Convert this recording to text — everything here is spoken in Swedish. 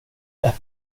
det